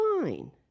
fine